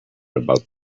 about